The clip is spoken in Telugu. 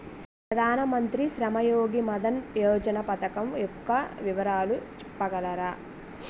ప్రధాన మంత్రి శ్రమ్ యోగి మన్ధన్ యోజన పథకం యెక్క వివరాలు చెప్పగలరా?